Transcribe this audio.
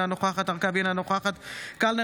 אינה נוכחת עודד פורר,